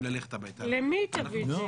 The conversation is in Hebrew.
ללכת הביתה --- למי היא תביא את זה?